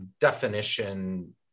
definition